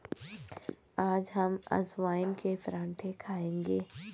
आज हम अजवाइन के पराठे खाएंगे